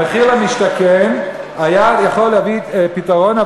המחיר למשתכן היה יכול להביא פתרון,